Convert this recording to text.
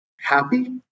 happy